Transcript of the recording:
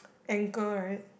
ankle right